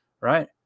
right